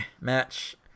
match